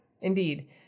Indeed